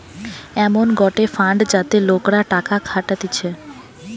এমন গটে ফান্ড যাতে লোকরা টাকা খাটাতিছে